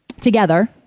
together